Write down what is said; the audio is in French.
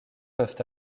peuvent